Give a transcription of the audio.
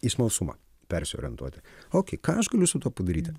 į smalsumą persiorientuoti o ką aš galiu su tuo padaryti